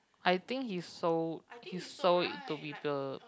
I think he's so he's so to people